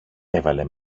έβαλε